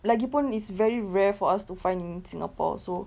lagipun it's very rare for us to find in singapore so